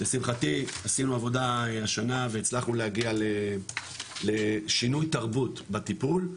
לשמחתי עשינו עבודה השנה והצלחנו להגיע לשינוי תרבות בטיפול,